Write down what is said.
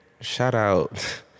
shout-out